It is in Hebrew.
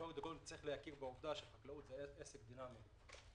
צריך להכיר בעובדה שהחקלאות היא עסק דינמי,